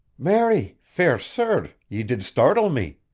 marry! fair sir, ye did startle me.